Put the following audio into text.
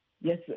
Yes